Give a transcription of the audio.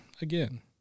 Again